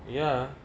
ya